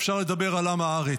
אפשר לדבר על עם הארץ.